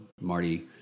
Marty